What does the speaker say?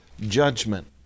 judgment